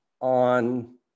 on